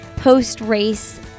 post-race